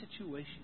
situation